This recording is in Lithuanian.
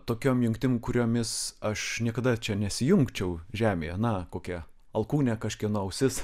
tokiom jungtim kuriomis aš niekada čia nesijungčiau žemėje na kokia alkūne kažkieno ausis